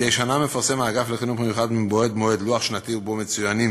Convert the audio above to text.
מדי שנה מפרסם האגף לחינוך מיוחד מבעוד מועד לוח שנתי ובו מצוינים